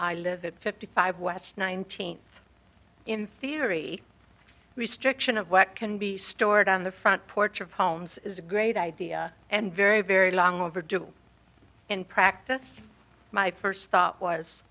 i live at fifty five west nineteenth in theory restriction of what can be stored on the front porch of homes is a great idea and very very long overdue in practice my first